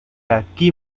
aquí